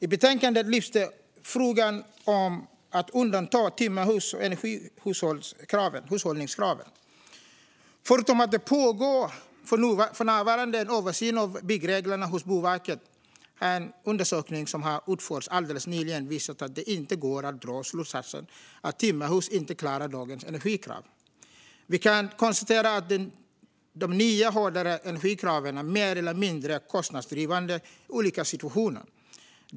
I betänkandet lyfts frågan om att undanta timmerhus från energihushållningskraven. Förutom att det för närvarande pågår en översyn av byggreglerna hos Boverket har en undersökning som genomförts alldeles nyligen visat att det inte går att dra slutsatsen att timmerhus inte klarar dagens energikrav. Vi kan konstatera att de nya, hårdare energikraven är mer eller mindre kostnadsdrivande i olika situationer.